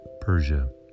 Persia